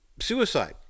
suicide